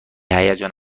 هیجان